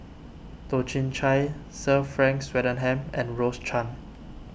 Toh Chin Chye Sir Frank Swettenham and Rose Chan